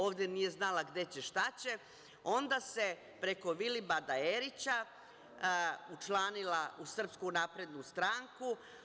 Ovde nije znala gde će i šta će, pa se preko Vilibada Erića učlanila u Srpsku naprednu stranku.